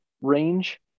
range